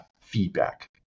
feedback